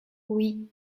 oui